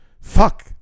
fuck